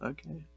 Okay